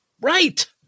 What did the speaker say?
Right